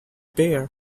bear